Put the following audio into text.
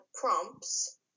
prompts